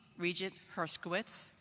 regent hershkowitz,